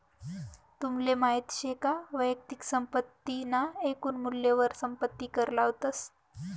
तुमले माहित शे का वैयक्तिक संपत्ती ना एकून मूल्यवर संपत्ती कर लावतस